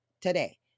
today